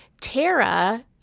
Tara